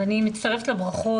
אז אני מצטרפת לברכות.